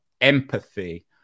empathy